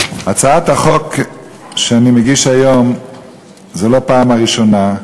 אני מגיש היום את הצעת החוק לא בפעם הראשונה.